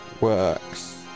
works